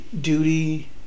duty